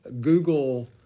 Google